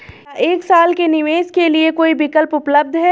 क्या एक साल के निवेश के लिए कोई विकल्प उपलब्ध है?